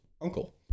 uncle